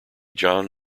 john